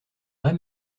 vrai